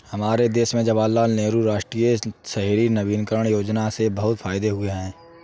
हमारे देश में जवाहरलाल नेहरू राष्ट्रीय शहरी नवीकरण योजना से बहुत से फायदे हुए हैं